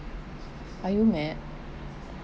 are you mad